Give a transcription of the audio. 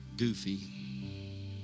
Goofy